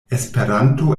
esperanto